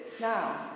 now